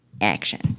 action